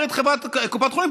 בעצם מה אומרת קופת חולים?